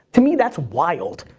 to me that's wild,